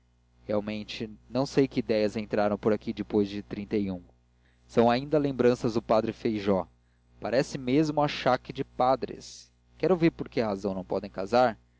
realmente não sei que idéias entraram por aqui depois de trinta e ão ainda lembranças do padre feijó parece mesmo achaque de padres quer ouvir por que razão não podem casar